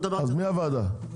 מי הוועדה?